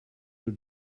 you